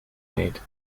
need